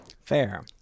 Fair